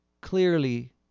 clearly